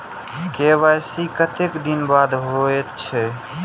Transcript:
KYC कतेक दिन बाद होई छै?